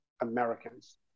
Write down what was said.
Americans